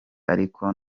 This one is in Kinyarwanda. ariko